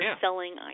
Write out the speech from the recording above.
selling